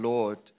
Lord